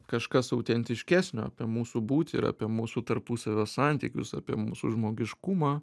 kažkas autentiškesnio apie mūsų būtį ir apie mūsų tarpusavio santykius apie mūsų žmogiškumą